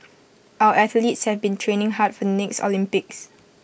our athletes have been training hard for next Olympics